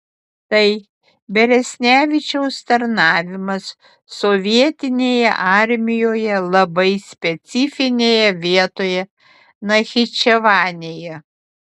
tai beresnevičiaus tarnavimas sovietinėje armijoje labai specifinėje vietoje nachičevanėje